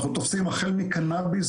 אנחנו תופסים החל מקנאביס,